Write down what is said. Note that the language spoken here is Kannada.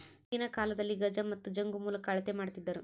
ಹಿಂದಿನ ಕಾಲದಲ್ಲಿ ಗಜ ಮತ್ತು ಜಂಗು ಮೂಲಕ ಅಳತೆ ಮಾಡ್ತಿದ್ದರು